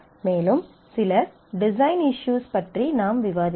மேலும் சில design issues பற்றி நாம் விவாதித்தோம்